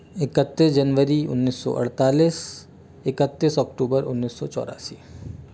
इकत्तीस जनवरी उन्नीस सौ अड़तालीस इकत्तीस अक्टूबर उन्नीस सौ चौरासी